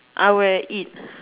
I will eat